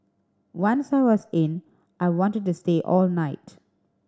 once I was in I wanted to stay all night